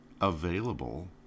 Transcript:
available